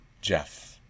jeff